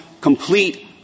complete